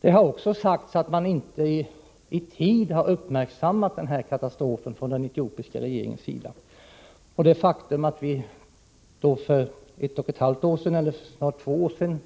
Det har också sagts att man från den etiopiska regeringens sida inte i tid har uppmärksammat denna katastrof. Det faktum att vi för ett och ett halvt eller snart två år sedan